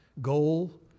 goal